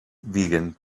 vegan